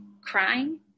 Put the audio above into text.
crying